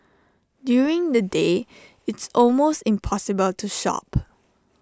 during the day it's almost impossible to shop